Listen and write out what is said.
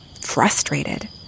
frustrated